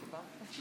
תודה רבה.